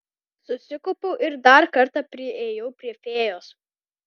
susikaupiau ir dar kartą priėjau prie fėjos